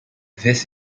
this